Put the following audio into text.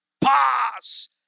pass